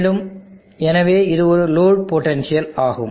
மேலும் எனவே இது லோடு பொட்டன்ஷியல் ஆகும்